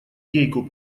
гейку